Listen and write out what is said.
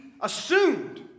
assumed